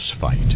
fight